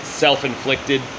self-inflicted